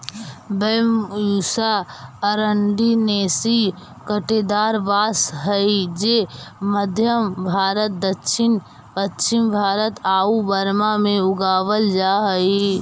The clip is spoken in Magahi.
बैम्ब्यूसा अरंडिनेसी काँटेदार बाँस हइ जे मध्म भारत, दक्षिण पश्चिम भारत आउ बर्मा में उगावल जा हइ